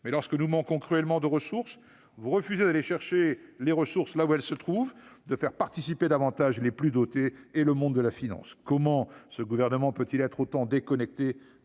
Même lorsque nous manquons cruellement de ressources, vous refusez d'aller les chercher là où elles se trouvent, de faire participer davantage les plus dotés et le monde de la finance. Comment ce gouvernement peut-il être autant déconnecté